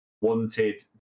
wanted